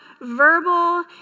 verbal